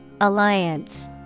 Alliance